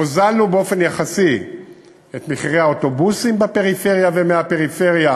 הוזלנו באופן יחסי את מחירי האוטובוסים בפריפריה ומהפריפריה